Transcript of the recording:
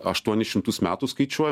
aštuonis šimtus metų skaičiuojam